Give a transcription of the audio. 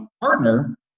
partner